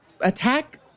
attack